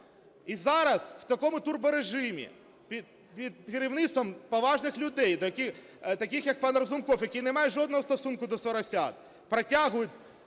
І зараз, в такому турборежимі, під керівництвом поважних людей, таких як пан Разумков, який не має жодного стосунку до "соросят", протягують